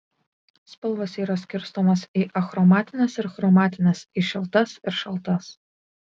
spalvos yra skirstomos į achromatines ir chromatines į šiltas ir šaltas